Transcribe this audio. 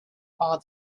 all